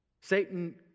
Satan